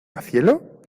cielo